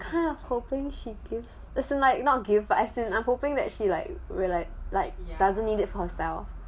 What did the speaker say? kind of hoping she gives as in like not give but as in I'm hoping that actually like really like like doesn't need it herself